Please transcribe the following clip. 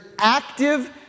active